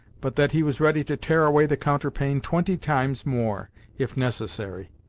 but that he was ready to tear away the counterpane twenty times more if necessary.